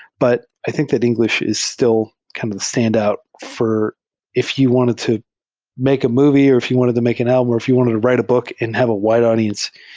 but i think that engl ish is still kind of the standout. if you wanted to make a movie or if you wanted to make an album or if you wanted to write a book and have a wide audience,